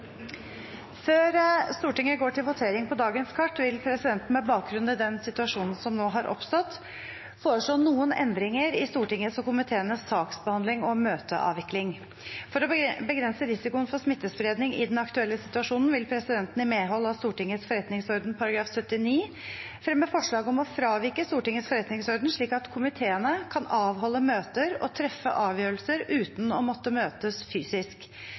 Før Stortinget går til votering på dagens kart, vil presidenten, med bakgrunn i den situasjonen som nå har oppstått, foreslå noen endringer i Stortingets og komiteenes saksbehandling og møteavvikling. For å begrense risikoen for smittespredning i den aktuelle situasjonen vil presidenten i medhold av Stortingets forretningsorden § 79 fremme forslag om å fravike Stortingets forretningsorden slik at komiteene kan avholde møter og treffe avgjørelser uten å måtte møtes fysisk.